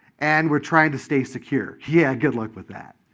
and we're trying to stay secure? yeah. good luck with that,